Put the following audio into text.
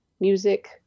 music